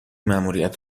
مأموریت